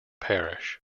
parish